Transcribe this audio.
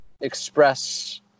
express